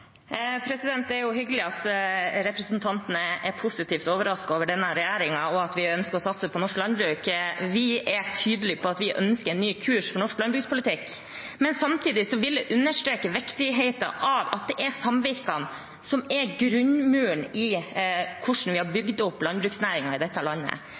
Det er jo hyggelig at representanten er positivt overrasket over denne regjeringen og at vi ønsker å satse på norsk landbruk. Vi er tydelige på at vi ønsker en ny kurs for norsk landbrukspolitikk, men samtidig vil jeg understreke viktigheten av at det er samvirkene som er grunnmuren i hvordan vi har bygd opp landbruksnæringen i dette landet.